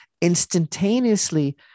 instantaneously